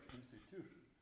institution